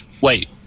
wait